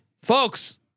Folks